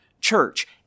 church